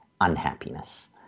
unhappiness